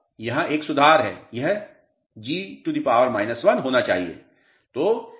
यहां एक सुधार है यह G 1 होना चाहिए